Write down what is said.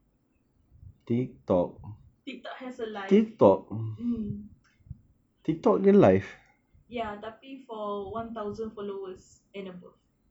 tiktok has a live um ya tapi for one thousand followers and above